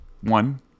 one